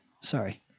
Sorry